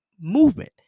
movement